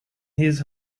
his